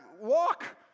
walk